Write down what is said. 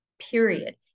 period